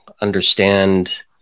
understand